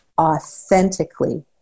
authentically